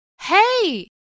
Hey